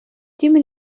тім